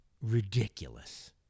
ridiculous